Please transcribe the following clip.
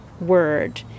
word